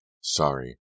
Sorry